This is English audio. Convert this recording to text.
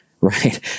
right